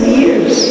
years